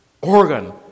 organ